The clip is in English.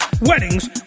weddings